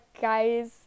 guys